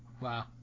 Wow